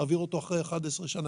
נעביר אותו אחרי 11 שנה.